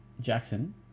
Jackson